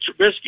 Trubisky